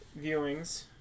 viewings